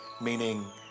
Meaning